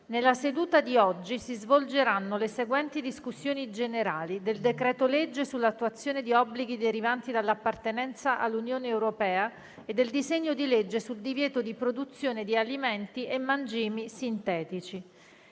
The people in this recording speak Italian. Nella seduta di oggi si svolgeranno le discussioni generali del decreto-legge sull'attuazione di obblighi derivanti dall'appartenenza all'Unione europea e del disegno di legge sul divieto di produzione di alimenti e mangimi sintetici.